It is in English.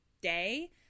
day